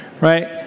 right